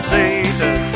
Satan